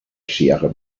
scherer